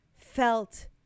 felt